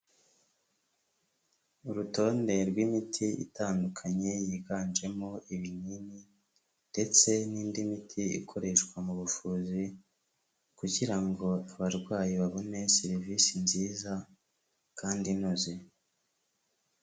Urutonde rw'imiti itandukanye, yiganjemo ibinini ndetse n'indi miti ikoreshwa mu buvuzi kugira ngo abarwayi babone serivisi nziza kandi inoze.